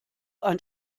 ein